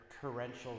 torrential